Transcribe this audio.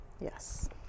Yes